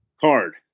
card